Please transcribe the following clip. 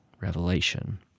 Revelation